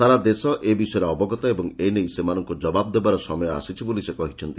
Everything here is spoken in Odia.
ସାରା ଦେଶ ଏ ବିଷୟରେ ଅବଗତ ଏବଂ ଏ ନେଇ ସେମାନଙ୍କୁ ଜବାବ ଦେବାର ସମୟ ଆସିଚି ବୋଲି ସେ କହିଛନ୍ତି